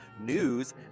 news